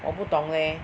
我不懂 leh